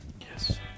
yes